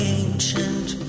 ancient